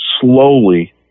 slowly